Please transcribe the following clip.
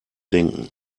denken